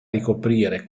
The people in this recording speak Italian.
ricoprire